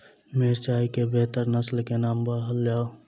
मिर्चाई केँ बेहतर नस्ल केँ नाम कहल जाउ?